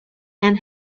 and